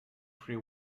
free